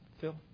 Phil